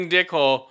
Dickhole